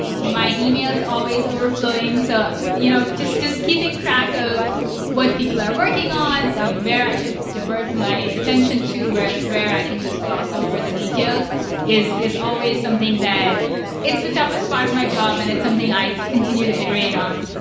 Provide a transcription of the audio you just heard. my email is always overflowing. so you know just just keeping track of what people are working on and where i should divert my attention to, whereas where i can just gloss over the details is is always something that it's the toughest part of my job and it's something i continue to iterate on.